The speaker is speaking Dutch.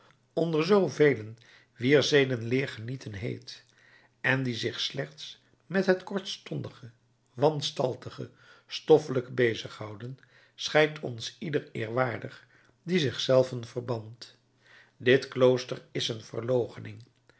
onder zoovelen wier zedenleer genieten heet en die zich slechts met het kortstondige wanstaltige stoffelijke bezighouden schijnt ons ieder eerwaardig die zich zelven verbant dit klooster is een verloochening